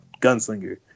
gunslinger